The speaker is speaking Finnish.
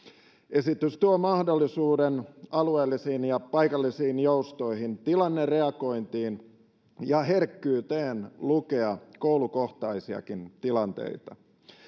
esitys tuo mahdollisuuden alueellisiin ja paikallisiin joustoihin tilannereagointiin ja herkkyyteen lukea koulukohtaisiakin tilanteita